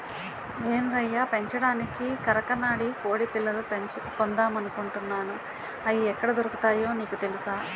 ఏం రయ్యా పెంచడానికి కరకనాడి కొడిపిల్లలు కొందామనుకుంటున్నాను, అయి ఎక్కడ దొరుకుతాయో నీకు తెలుసా?